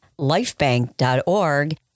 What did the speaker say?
lifebank.org